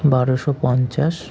বারোশো পঞ্চাশ